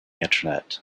internet